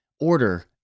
Order